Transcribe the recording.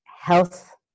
health